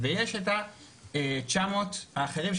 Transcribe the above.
ויש את ה-900 האחרים,